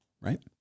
right